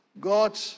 God